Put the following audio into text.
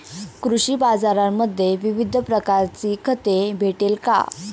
कृषी बाजारांमध्ये विविध प्रकारची खते भेटेल का?